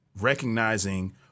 recognizing